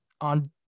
On